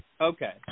Okay